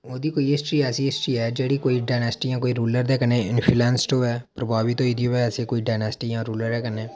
ओह्दी कोई हिस्ट्री ऐसी हिस्ट्री ऐ जेह्ड़ियां कोई डेनीसिटीयां कोई रूलर कन्नै इंफ्लूएसंड होऐ प्रभावित होऐ ऐसियां कोई डेनीसिटी कन्नै